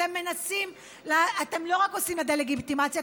אתם לא רק עושים לה דה-לגיטימציה,